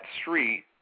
street